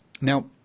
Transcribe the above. Now